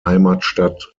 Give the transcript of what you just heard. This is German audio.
heimatstadt